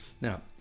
Now